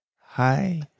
hi